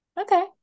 okay